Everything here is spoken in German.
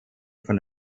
von